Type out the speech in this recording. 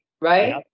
right